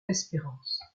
espérance